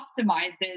optimizes